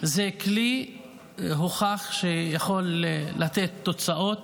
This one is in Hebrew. זה כלי שהוכח שיכול לתת תוצאות